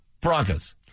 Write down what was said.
Broncos